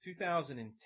2010